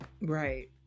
Right